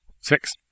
Six